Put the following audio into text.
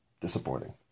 Disappointing